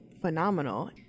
phenomenal